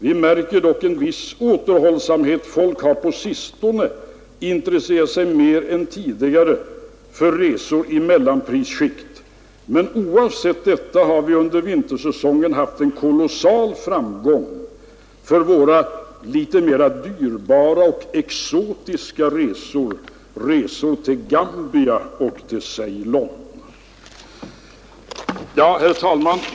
Vi märker dock en viss återhållsamhet: folk har på sistone intresserat sig mer än tidigare för resor i mellanoch lågprisskiktet. Men oavsett detta har vi under vintersäsongen också haft kolossal framgång för våra litet mer dyrbara och exotiska resor till Gambia och Ceylon.” Herr talman!